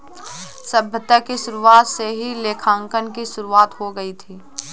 सभ्यता की शुरुआत से ही लेखांकन की शुरुआत हो गई थी